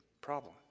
problem